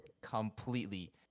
completely